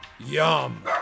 Yum